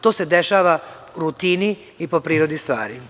To se dešava u rutini i po prirodi stvari.